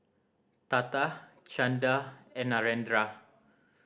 Tata Chanda and Narendra